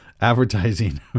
advertising